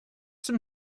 some